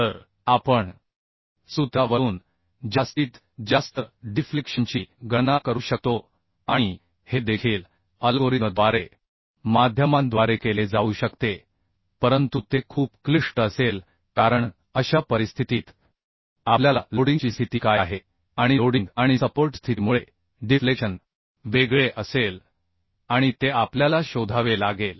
तर आपण सूत्रावरून जास्तीत जास्त डिफ्लेक्शनची गणना करू शकतो आणि हे देखील अल्गोरिदमद्वारे माध्यमांद्वारे केले जाऊ शकते परंतु ते खूप क्लिष्ट असेल कारण अशा परिस्थितीत आपल्याला लोडिंगची स्थिती काय आहे आणि लोडिंग आणि सपोर्ट स्थितीमुळे डिफ्लेक्शन वेगळे असेल आणि ते आपल्याला शोधावे लागेल